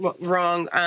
wrong